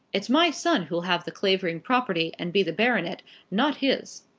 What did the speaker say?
it's my son who'll have the clavering property and be the baronet not his.